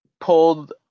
pulled